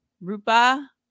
Rupa